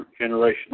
generation